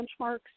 benchmarks